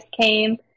came